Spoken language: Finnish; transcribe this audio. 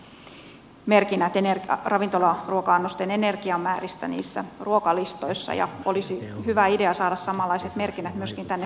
muun muassa usassa on tällaiset merkinnät ravintolaruoka annosten energiamääristä ruokalistoissa ja olisi hyvä idea saada samanlaiset merkinnät myöskin tänne suomeen